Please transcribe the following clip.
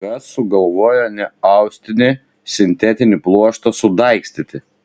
kas sugalvojo neaustinį sintetinį pluoštą sudaigstyti